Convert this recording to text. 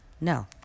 no